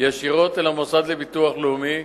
ישירות למוסד לביטוח לאומי,